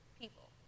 people